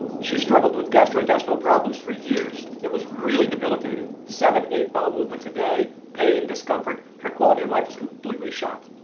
she struggled with gastrointestinal problems for years. it was really debilitating, seven eight bowel movements a day, pain, discomfort. her quality of life was completely shot.